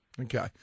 Okay